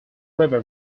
river